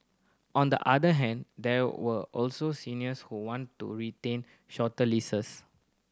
on the other hand there were also seniors who want to retain shorter leases